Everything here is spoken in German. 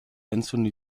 anthony